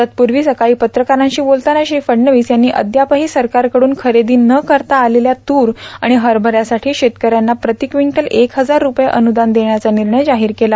तत्पूर्वी सकाळी पत्रकारांशी बोलताना श्री फडणवीस यांनी अद्यापही सरकारकडून खरेदी न करता आलेल्या तूर आणि हरभऱ्यासाठी शेतकऱ्यांना प्रतिक्विंटल एक हजार रूपये अन्नुदान देण्याचा निर्णय जाहीर केला